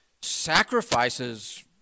sacrifices